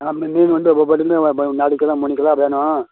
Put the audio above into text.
ஆ மி மீன் வந்து ஒவ்வொன்றுமே நாலு கிலோ மூணு கிலோ வேணும்